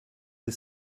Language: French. des